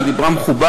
אבל היא דיברה מכובד,